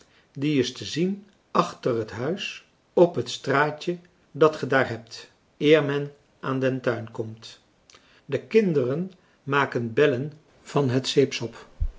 die is te zien achter het huis op het straatje dat ge daar hebt eer men aan den tuin komt de kinderen maken bellen van het